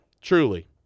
truly